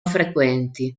frequenti